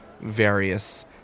various